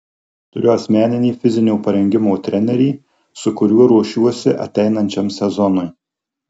turiu asmeninį fizinio parengimo trenerį su kuriuo ruošiuosi ateinančiam sezonui